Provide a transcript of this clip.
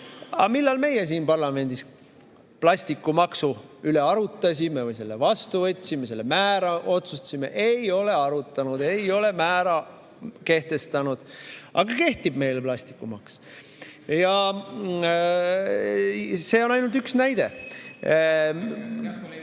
millal meie siin parlamendis plastikumaksu üle arutasime või selle vastu võtsime, selle määra otsustasime? Ei ole arutanud, ei ole määra kehtestanud. Aga kehtib meile plastikumaks. Ja see on ainult üks näide.